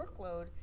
workload